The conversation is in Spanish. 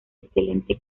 excelente